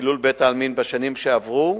2. כמה מקרים של חילול בתי-עלמין אירעו בשנים 2007,